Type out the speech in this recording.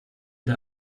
der